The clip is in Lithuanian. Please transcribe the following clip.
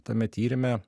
tame tyrime